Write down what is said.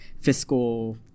fiscal